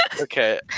okay